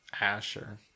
Asher